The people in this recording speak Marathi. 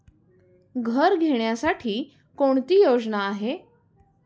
घर घेण्यासाठी कोणती योजना आहे?